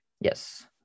Yes